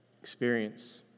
experience